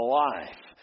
life